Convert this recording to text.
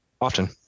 Often